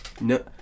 No